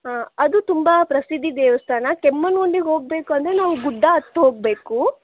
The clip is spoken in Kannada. ಅದು ತುಂಬ ಪ್ರಸಿದ್ದ ದೇವಸ್ಥಾನ ಕೆಮ್ಮಣ್ಣುಗುಂಡಿಗೆ ಹೋಗಬೇಕು ಅಂದರೆ ನಾವು ಗುಡ್ಡ ಹತ್ತಿ ಹೋಗಬೇಕು